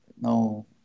no